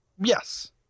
Yes